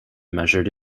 measured